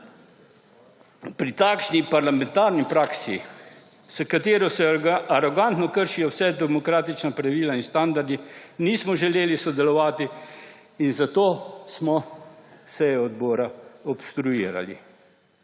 pri takšni parlamentarni praksi, s katero se arogantno kršijo vsa demokratična pravila in standardi, nismo želeli sodelovati, zato smo sejo odbora obstruirali.